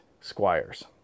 Squires